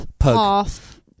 half